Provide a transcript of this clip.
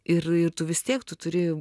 ir ir tu vis tiek tu turi